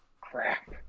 crap